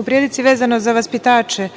u prilici, vezano za vaspitače,